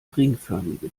ringförmige